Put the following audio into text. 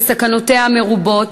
וסכנותיה מרובות,